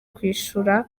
kwishyura